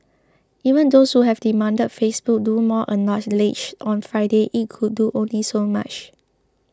even those who have demanded Facebook do more acknowledged on Friday it could do only so much